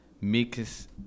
mix